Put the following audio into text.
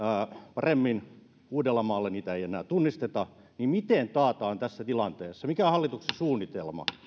paremmin uudellamaalla niitä ei enää tunnisteta niin miten taataan tässä tilanteessa mikä on hallituksen suunnitelma